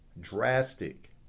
drastic